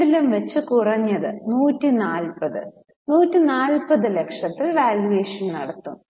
രണ്ടിലും വച്ച് കുറഞ്ഞത് 140 140 ലക്ഷത്തിൽ വാല്യൂവേഷൻ നടത്തും